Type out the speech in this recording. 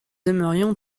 aimerions